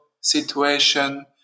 situation